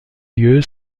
lieu